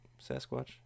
sasquatch